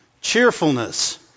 cheerfulness